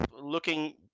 looking